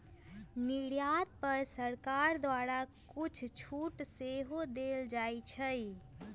निर्यात पर सरकार द्वारा कुछ छूट सेहो देल जाइ छै